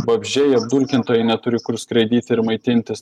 vabzdžiai apdulkintojai neturi kur skraidyti ir maitintis